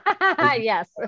Yes